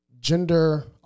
gender